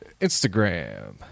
Instagram